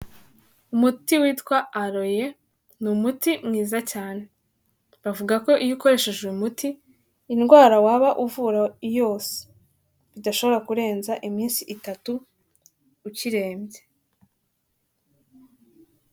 Umuti witwa ALOE ni umuti mwiza cyane, bavuga ko iyo ukoresheje uyu muti indwara waba uvura yose bidashobora kurenza iminsi itatu ukirembye.